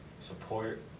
support